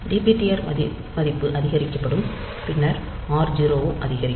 dptr மதிப்பு அதிகரிக்கப்படும் பின்னர் r0 ம் அதிகரிக்கும்